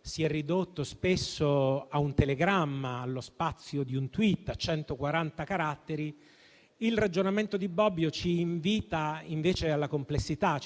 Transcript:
si è ridotto spesso a un telegramma, allo spazio di un *tweet*, a 140 caratteri, il ragionamento di Bobbio ci invita invece alla complessità,